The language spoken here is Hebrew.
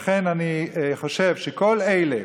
לכן אני חושב שכל אלה